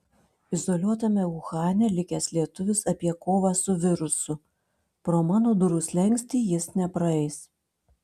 izoliuotame uhane likęs lietuvis apie kovą su virusu pro mano durų slenkstį jis nepraeis